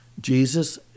Jesus